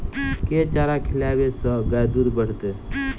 केँ चारा खिलाबै सँ गाय दुध बढ़तै?